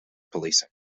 policing